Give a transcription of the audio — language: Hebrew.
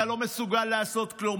אתה לא מסוגל לעשות כלום.